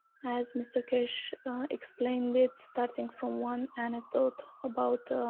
as mr. keshe explained it starting from one anecdote about. a